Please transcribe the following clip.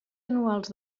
anuals